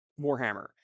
Warhammer